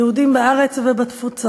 יהודים בארץ ובתפוצות,